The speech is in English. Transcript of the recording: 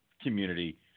community